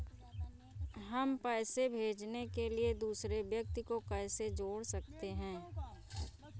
हम पैसे भेजने के लिए दूसरे व्यक्ति को कैसे जोड़ सकते हैं?